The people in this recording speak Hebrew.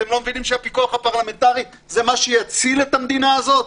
אתם לא מבינים שהפיקוח הפרלמנטרי זה מה שיציל את המדינה הזאת?